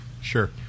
Sure